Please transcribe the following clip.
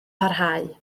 parhau